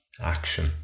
action